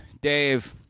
Dave